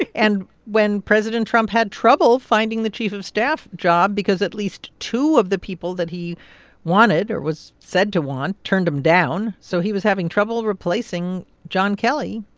and when president trump had trouble finding the chief of staff job because at least two of the people that he wanted or was said to want turned him down so he was having trouble replacing john kelly.